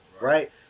right